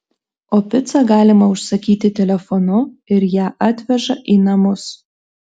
o picą galima užsakyti telefonu ir ją atveža į namus